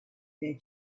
their